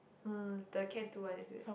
uh the Can two one is it